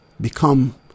become